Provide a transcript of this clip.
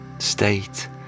state